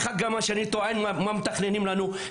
זה מה שמתוכנן לנו,